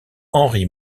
henry